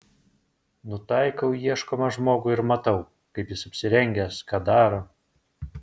nutaikau į ieškomą žmogų ir matau kaip jis apsirengęs ką daro